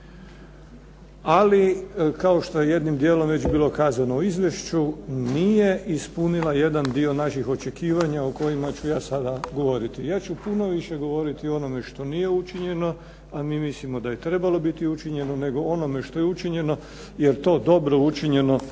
ali kao što je jednim dijelom već bilo kazano u izvješću, nije ispunila jedan dio naših očekivanja o kojima ću ja sada govoriti. Ja ću puno više govoriti o onome što nije učinjeno, a mi mislimo da je trebalo biti učinjeno, nego o onome što je učinjeno, jer to dobro učinjeno